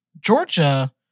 Georgia